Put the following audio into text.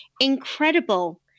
incredible